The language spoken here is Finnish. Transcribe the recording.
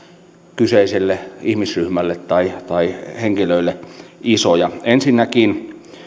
kyseiselle ihmisryhmälle tai tai henkilöille isoja ensinnäkin